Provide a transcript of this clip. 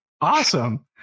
Awesome